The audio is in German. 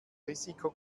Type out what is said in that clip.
risiko